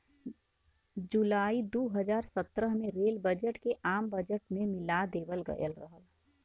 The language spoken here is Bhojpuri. जुलाई दू हज़ार सत्रह में रेल बजट के आम बजट में मिला देवल गयल रहल